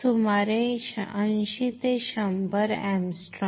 सुमारे 80 ते 100 angstrom